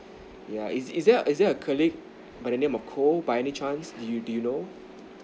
yeah is is there is there a colleague by the name of koh by any chance do you do you know